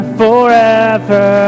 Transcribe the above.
forever